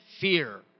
fear